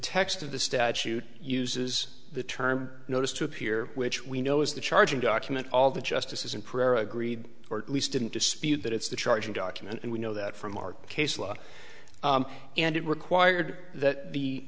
of the statute uses the term notice to appear which we know is the charging document all the justices in prayer agreed or at least didn't dispute that it's the charging document and we know that from our case law and it required that the